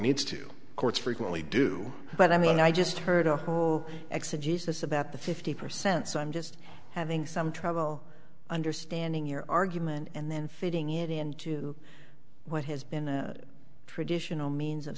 needs to courts frequently do but i mean i just heard a whole exiguus this about the fifty percent so i'm just having some trouble understanding your argument and then fitting it into what has been a traditional means of